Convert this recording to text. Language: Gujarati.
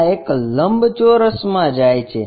આ એક લંબચોરસ માં જાય છે